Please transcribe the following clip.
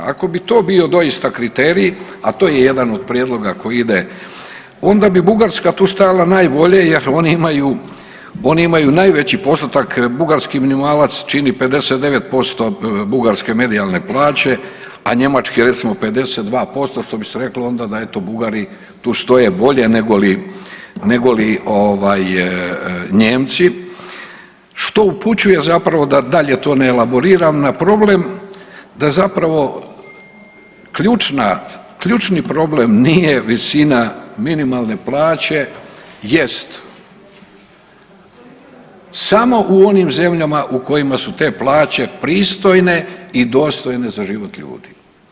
Ako bi to bio doista kriterij, a to je jedan od prijedloga koji ide onda bi Bugarska stajala najbolje jer oni imaju, oni imaju najveći postotak bugarski minimalac čini 59% bugarske medijalne plaće, a njemačke recimo 52% što bi se reklo onda da eto Bugari tu stoje bolje nego li, nego li Nijemci, što upućuje da zapravo dalje to ne elaboriram na problem da zapravo ključna, ključni problem nije visina minimalne plaće jest samo u onim zemljama u kojima su te plaće pristojne i dostojne za život ljudi.